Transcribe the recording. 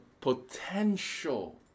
potential